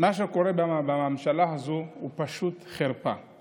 מה שקורה בממשלה הזו הוא פשוט חרפה,